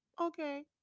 okay